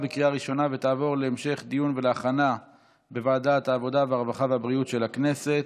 2021, לוועדת העבודה, הרווחה והבריאות נתקבלה.